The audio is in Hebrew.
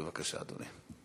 בבקשה, אדוני.